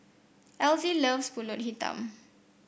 Elzie loves pulut hitam